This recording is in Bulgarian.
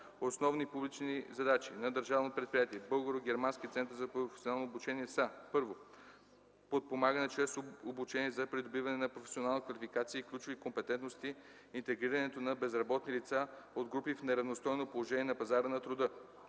Основните публични задачи на Държавно предприятие „Българо-германски център за професионално обучение” са: 1. подпомагане чрез обучение за придобиване на професионална квалификация и ключови компетентности интегрирането на безработни лица от групи в неравностойно положение на пазара на труда;